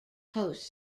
hosts